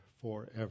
forever